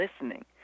listening